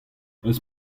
eus